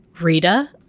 Rita